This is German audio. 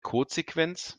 codesequenz